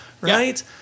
right